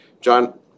John